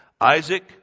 Isaac